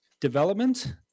development